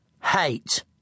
hate